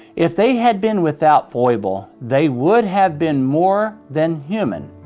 if they had been without foible they would have been more than human,